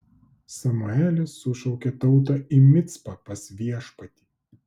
samuelis sušaukė tautą į micpą pas viešpatį